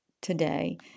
today